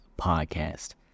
Podcast